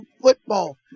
football